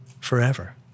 forever